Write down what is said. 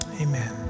Amen